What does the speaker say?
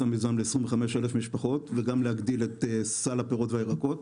המיזם ל-25,000 משפחות וגם להגדיל את סל הפירות והירקות.